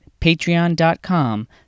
patreon.com